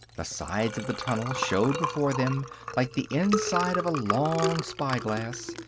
the sides of the tunnel showed before them like the inside of a long spy-glass,